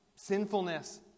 sinfulness